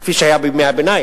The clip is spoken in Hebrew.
כפי שהיה בימי-הביניים.